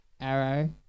Arrow